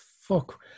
fuck